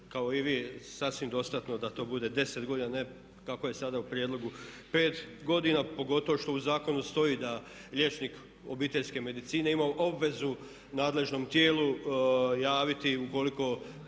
kao i vi sasvim dostatno da to bude 10 godina a ne kako je sada u prijedlogu 5 godina pogotovo što u zakonu stoji da liječnik obiteljske medicine ima obvezu nadležnom tijelu javiti ukoliko